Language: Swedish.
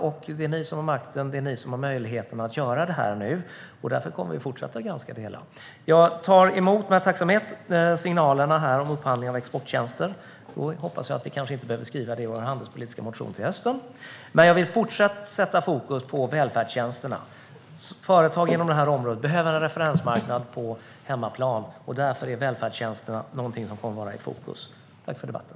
Nu är det ni som har makten och möjligheten att göra detta, och vi kommer att fortsätta att granska det. Jag tar med tacksamhet emot signalerna om upphandling av exporttjänster och hoppas att vi inte behöver skriva om det i vår handelspolitiska motion till hösten. Låt mig dock fortsätta att sätta fokus på välfärdstjänsterna. Företagen inom detta område behöver en referensmarknad på hemmaplan. Därför kommer välfärdstjänsterna att stå i fokus. Tack för debatten!